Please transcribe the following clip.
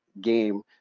game